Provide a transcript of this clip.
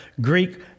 greek